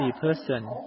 person